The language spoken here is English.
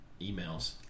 emails